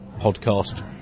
podcast